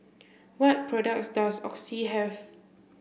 what products does Oxy have